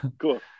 Cool